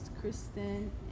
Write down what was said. Kristen